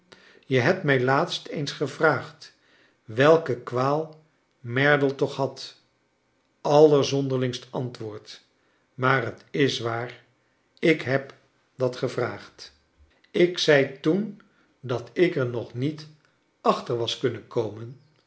je hcbt mij laatst eens gevraagd welke kwaal merdle toch had allerzondorlingst antworrd maar l is waar ik heb dat gevraagd ik zei toen dat ik er nog niet achter was kunnen komen